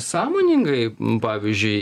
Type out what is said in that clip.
sąmoningai pavyzdžiui